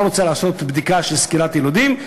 רוצה לעשות בדיקה של סקירת יילודים,